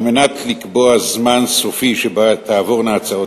על מנת לקבוע מועד סופי שבו תעבורנה הצעות